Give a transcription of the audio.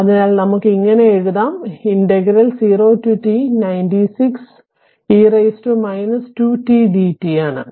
അതിനാൽ നമുക്ക് ഇങ്ങിനെ എഴുതാം 0t96 e 2t dt ആണ്